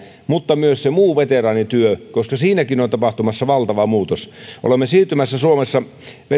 mutta myös se muu veteraanityö koska siinäkin on tapahtumassa valtava muutos olemme siirtymässä suomessa